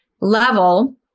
level